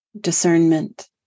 discernment